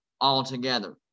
altogether